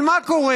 אבל מה קורה,